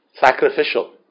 sacrificial